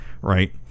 right